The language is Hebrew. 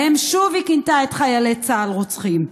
שבהם היא שוב כינתה את חיילי צה"ל "רוצחים".